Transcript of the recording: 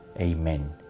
Amen